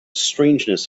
strangeness